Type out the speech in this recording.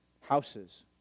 houses